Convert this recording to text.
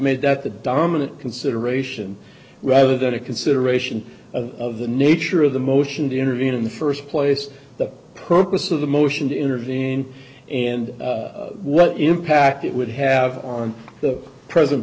made that the dominant consideration rather than a consideration of the nature of the motion to intervene in the first place the purpose so the motion to intervene and what impact it would have on the present